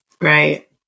Right